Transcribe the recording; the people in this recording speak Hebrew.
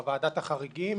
ועדת החריגים,